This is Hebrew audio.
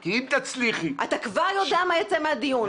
כי אם תצליחי --- אתה כבר יודע מה יצא מהדיון.